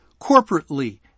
corporately